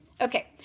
Okay